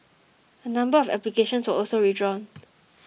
a number of applications were also withdrawn